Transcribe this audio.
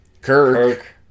Kirk